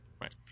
Right